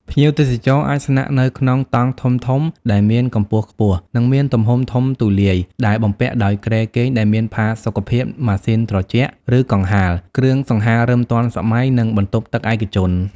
ភ្ញៀវទេសចរអាចស្នាក់នៅក្នុង តង់ធំៗដែលមានកម្ពស់ខ្ពស់ និងមានទំហំធំទូលាយ ដែលបំពាក់ដោយគ្រែគេងដែលមានផាសុកភាព ម៉ាស៊ីនត្រជាក់ ឬកង្ហារ គ្រឿងសង្ហារិមទាន់សម័យ និងបន្ទប់ទឹកឯកជន។